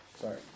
Sorry